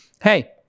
hey